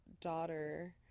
daughter